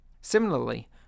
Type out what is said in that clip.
Similarly